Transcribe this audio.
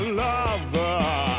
lover